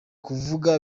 kuvuga